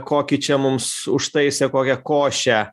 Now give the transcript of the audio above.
kokį čia mums užtaisė kokią košę